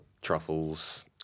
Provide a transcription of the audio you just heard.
truffles